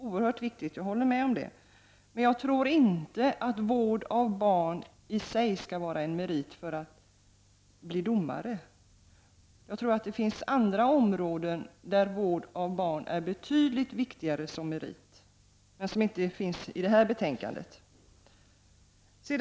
Jag håller med om att vård av barn är oerhört viktigt, men jag tror inte att vård av barn i sig skall vara en merit för att bli domare. Det finns andra områden där vård av barn är betydligt viktigare som merit, men det är områden som inte tas upp i detta betänkande.